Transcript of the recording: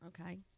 okay